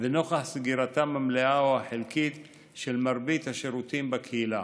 ונוכח סגירתם המלאה או החלקית של מרבית השירותים בקהילה.